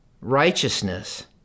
righteousness